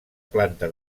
planta